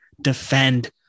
defend